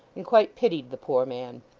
and quite pitied the poor man.